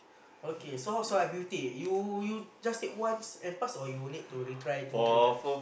okay so how's I built it you you just take once and pass or you need to retry two three times